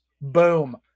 boom